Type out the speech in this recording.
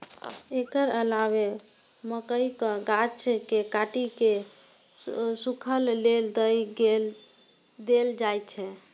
एकर अलावे मकइक गाछ कें काटि कें सूखय लेल दए देल जाइ छै